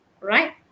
right